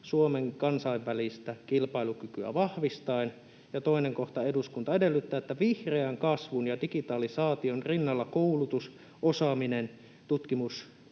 Suomen kansainvälistä kilpailukykyä vahvistaen.” Ja toinen kohta: ”Eduskunta edellyttää, että vihreän kasvun ja digitalisaation rinnalla koulutus‑, osaaminen, tutkimus-